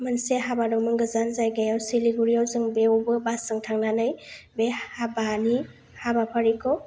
मोनसे हाबा दंमोन गोजान जायगायाव सिलिगुरियाव जों बेवबो बास जों थांनानै बे हाबानि हाबाफारिखौ